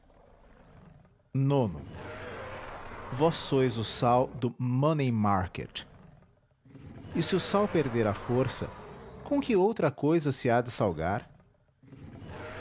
terra ós sois o sal do money market e se o sal perder a força com que outra cousa se há de salgar